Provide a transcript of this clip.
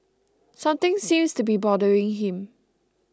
something seems to be bothering him